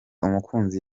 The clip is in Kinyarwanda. umukunzi